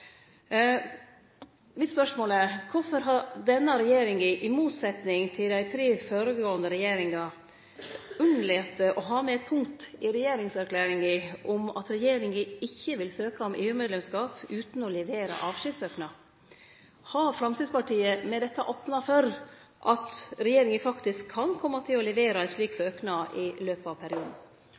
Mitt spørsmål er: Kvifor har denne regjeringa – i motsetning til dei tre føregåande regjeringane – latt vere å ha med eit punkt i regjeringserklæringa om at regjeringa ikkje vil søkje om EU-medlemskap utan å levere avskjedssøknad? Har Framstegspartiet med dette opna for at regjeringa faktisk kan kome til å levere ein slik søknad i løpet av perioden?